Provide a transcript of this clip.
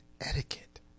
etiquette